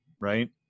right